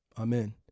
Amen